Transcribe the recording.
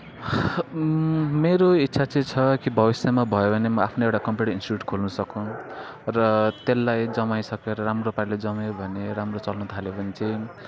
मेरो इच्छा चाहिँ छ कि भविष्यमा भयो भने आफ्नै एउटा कम्पुटर इन्स्टिट्युट खोल्न सकुँ र त्यसलाई जमाइसकेर राम्रो पाराले जम्यो भने राम्रो चल्न थाल्यो भने चाहिँ